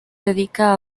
dedica